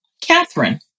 Catherine